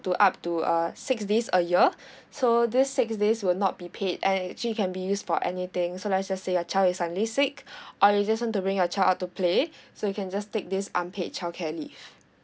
to up to uh six days a year so these six days will not be paid and it actually can be used for anything so let us just say your child is suddenly sick or you just want to bring your child out to play so you can just take this unpaid childcare leave